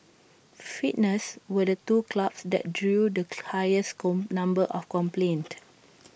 fitness were the two clubs that drew the highest number of complaints